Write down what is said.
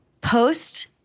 post-